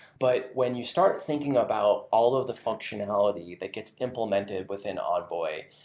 but when you start thinking about all of the functionality that gets implemented within envoy,